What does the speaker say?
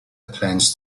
plans